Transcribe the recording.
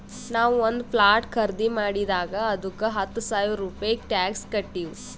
ನಾವು ಒಂದ್ ಪ್ಲಾಟ್ ಖರ್ದಿ ಮಾಡಿದಾಗ್ ಅದ್ದುಕ ಹತ್ತ ಸಾವಿರ ರೂಪೆ ಟ್ಯಾಕ್ಸ್ ಕಟ್ಟಿವ್